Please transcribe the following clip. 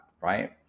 right